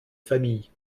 familles